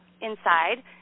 inside